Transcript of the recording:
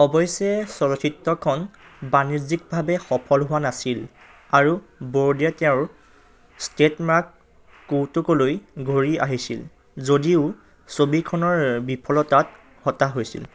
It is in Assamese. অৱশ্যে চলচ্চিত্ৰখন বাণিজ্যিক ভাৱে সফল হোৱা নাছিল আৰু বৰ্ডে তেওঁৰ ট্ৰেডমাৰ্ক কৌতুকলৈ ঘূৰি আহিছিল যদিও ছবিখনৰ বিফলতাত হতাশ হৈছিল